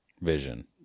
Vision